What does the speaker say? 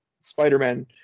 Spider-Man